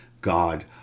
God